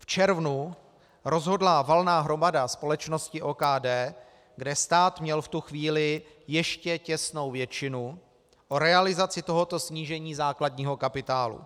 V červnu rozhodla valná hromada společnosti OKD, kde stát měl v tu chvíli ještě těsnou většinu, o realizaci tohoto snížení základního kapitálu.